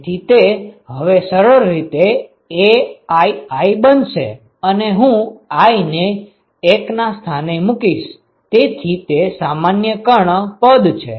તેથી તે હવે સરળ રીતે aii બનશે અને હું i ને 1 ના સ્થાને મુકીશ તેથી તે સામાન્ય કર્ણ પદ છે